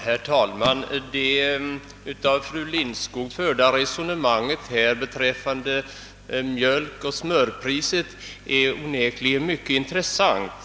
Herr talman! Det av fru Lindskog förda resonemanget beträffande mjölkoch smörpriset är onekligen mycket intressant.